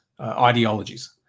ideologies